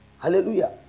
Hallelujah